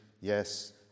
Yes